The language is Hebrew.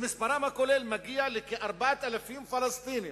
מספרם הכולל מגיע לכ-4,000 פלסטינים,